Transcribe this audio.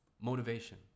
Motivation